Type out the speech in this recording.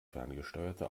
ferngesteuerte